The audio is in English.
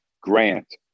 Grant